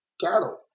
cattle